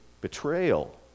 betrayal